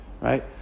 right